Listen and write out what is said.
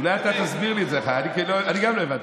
אולי אתה תסביר לי את זה, כי גם אני לא הבנתי.